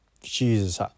Jesus